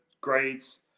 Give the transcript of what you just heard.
grades